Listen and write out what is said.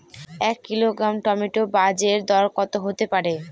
এক kilogram tomato বাজের দরকত হতে পারে?